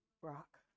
Brock